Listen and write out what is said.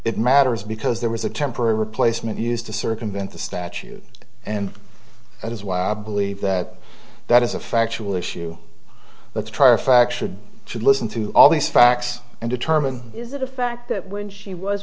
it matters because there was a temporary replacement used to circumvent the statute and that is why i believe that that is a factual issue let's try a factual should listen to all these facts and determine is it a fact that when she was